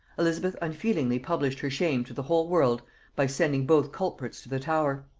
elizabeth unfeelingly published her shame to the whole world by sending both culprits to the tower.